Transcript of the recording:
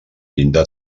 llinda